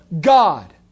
God